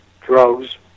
drugs